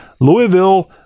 Louisville